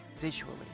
visually